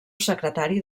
secretari